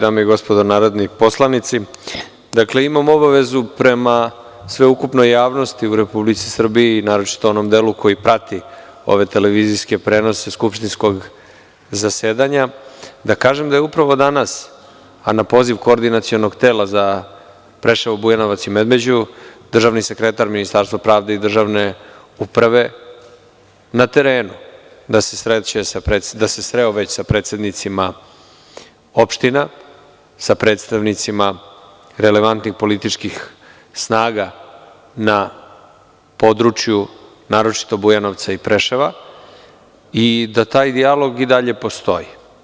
Dame i gospodo narodni poslanici, imam obavezu prema sveukupnoj javnosti u Republici Srbiji, naročito onom delu koji prati televizijske prenose skupštinskog zasedanja da kažem da je upravo danas, a na poziv Koordinacionog tela za Preševo, Bujanovac i Medveđu, da je državni sekretar iz Ministarstva pravde i državne uprave na terenu, da se sreo sa predsednicima opština, sa predstavnicima relevantnih snaga na području naročito Bujanovca i Preševa i da taj dijalog i dalje postoji.